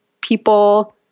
people